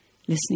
listening